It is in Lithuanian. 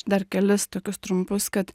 dar kelis tokius trumpus kad